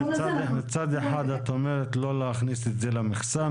מצד אחד, את אומרת לא להכניס את זה למכסה.